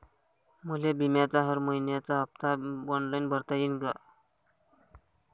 मले बिम्याचा हर मइन्याचा हप्ता ऑनलाईन भरता यीन का?